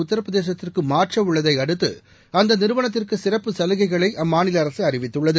உத்திர பிரதேசத்திற்கு மாற்ற உள்ளதை அடுத்து அந்த நிறுவனத்துக்கு சிறப்பு சலுகைகளை அம்மாநில அரசு அறிவித்துள்ளது